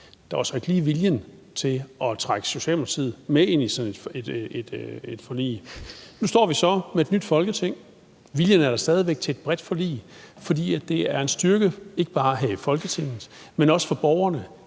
Der var så ikke lige viljen til at trække Socialdemokratiet med ind i sådan et forlig. Nu står vi så med et nyt Folketing, og viljen er der stadig væk til et bredt forlig, for det er en styrke – ikke bare her i Folketinget, men også for borgerne